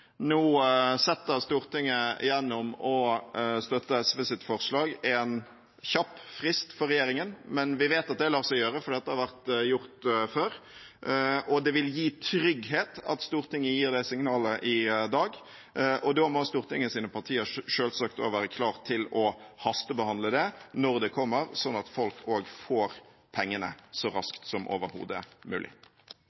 Nå setter Stortinget, gjennom å støtte SVs forslag, en kjapp frist for regjeringen, men vi vet at det lar seg gjøre, for det har vært gjort før, og det vil gi trygghet at Stortinget gir det signalet i dag. Da må Stortingets partier selvsagt også være klar til å hastebehandle det når det kommer, sånn at folk også får pengene så